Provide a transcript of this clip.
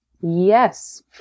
Yes